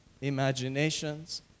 imaginations